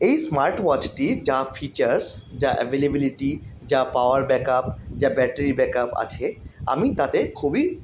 এই স্মার্ট ওয়াচটি যা ফিচার্স যা অ্যাভেলেবিলিটি যা পাওয়ার ব্যাকআপ যা ব্যাটারির ব্যাকআপ আছে আমি তাতে খুবই